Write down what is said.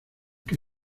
que